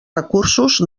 recursos